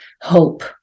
hope